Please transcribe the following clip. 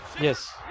Yes